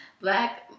Black